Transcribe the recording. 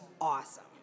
awesome